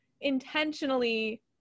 intentionally